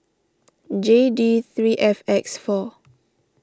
J D three F X four